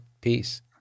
Peace